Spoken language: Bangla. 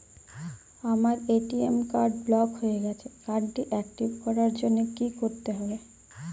আমার এ.টি.এম কার্ড ব্লক হয়ে গেছে কার্ড টি একটিভ করার জন্যে কি করতে হবে?